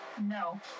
No